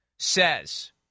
says